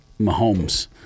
Mahomes